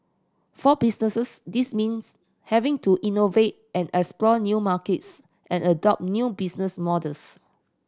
for businesses this means having to innovate and explore new markets and adopt new business models